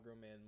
Man